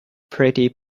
pretty